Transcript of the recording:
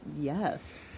Yes